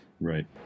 Right